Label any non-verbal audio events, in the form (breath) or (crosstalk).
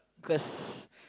cause (breath)